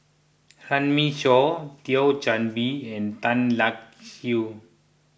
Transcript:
Runme Shaw Thio Chan Bee and Tan Lark Sye